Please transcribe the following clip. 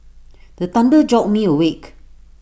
the thunder jolt me awake